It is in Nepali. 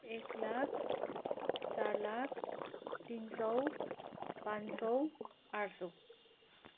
एक लाख चार लाख तिन सय पाँच सय आठ सय